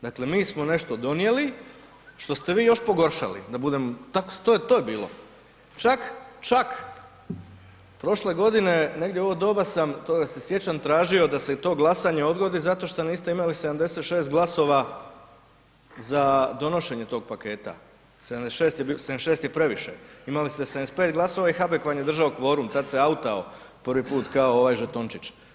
Dakle mi smo nešto donijeli što ste vi još pogoršali, da bude, to je bilo, čak prošle godine negdje u ovo doba sam, toga se sjećam, tražio da se to glasanje odgodi zato što niste imali 76 glasova za donošenje tog paketa, 76 je previše, imali ste 75 glasova i Habek vam je držao kvorum, tad se „outao“ prvi puta kao ovaj žetončić.